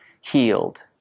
healed